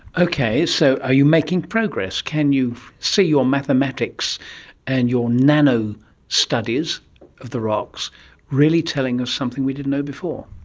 okay, so are you making progress? can you see your mathematics and your nano studies of the rocks really telling us something we didn't know before?